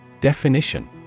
definition